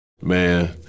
Man